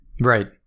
Right